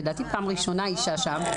לדעתי, פעם ראשונה אישה שם.